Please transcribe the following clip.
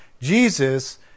Jesus